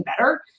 better